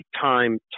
time